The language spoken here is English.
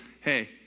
hey